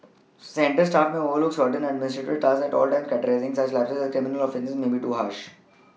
centre staff may overlook certain administrative tasks at times and categorising such lapses as criminal offences may be too harsh